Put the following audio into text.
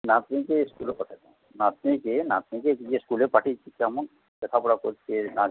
নাতনিকে স্কুলে পাঠাতাম নাতনিকে নাতনিকে যে স্কুলে পাঠিয়েছি কেমন লেখাপড়া করছে নাচ গান